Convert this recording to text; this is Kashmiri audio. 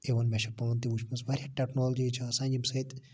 اِوٕن مےٚ چھِ پانہ تہِ وٕچھمٕژ واریاہ ٹیٚکنالجی چھِ آسان یمہِ سۭتۍ